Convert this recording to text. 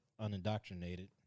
unindoctrinated